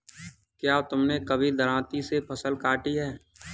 क्या तुमने कभी दरांती से फसल काटी है?